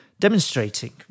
demonstrating